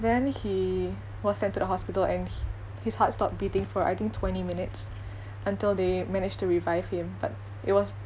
then he was sent to the hospital and hi~ his heart stopped beating for I think twenty minutes until they managed to revive him but it was